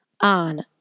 On